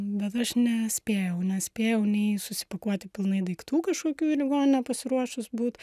bet aš nespėjau nespėjau nei susipakuoti pilnai daiktų kažkokių į ligoninę pasiruošus būt